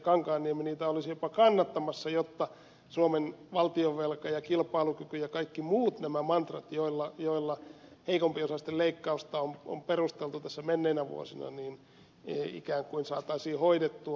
kankaanniemi niitä olisi jopa kannattamassa jotta suomen valtionvelka ja kilpailukyky ja kaikki muut nämä mantrat joilla heikompiosaisten leikkauksia on perusteltu tässä menneinä vuosina ikään kuin saataisiin hoidettua